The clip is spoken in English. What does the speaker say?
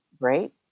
great